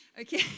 Okay